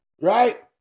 Right